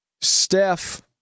Steph